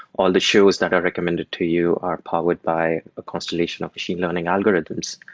all the shows that are recommended to you are powered by a constellation of machine learning algorithms.